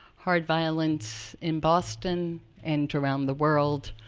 hard violence in boston and around the world,